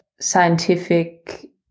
scientific